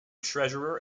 treasurer